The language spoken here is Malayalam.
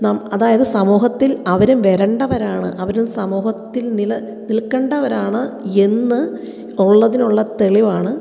നാം അതായത് സമൂഹത്തിൽ അവരും വരേണ്ടവരാണ് അവരും സമൂഹത്തിൽ നിലനിൽക്കേണ്ടവരാണ് എന്ന് ഉള്ളതിനുള്ള തെളിവാണ്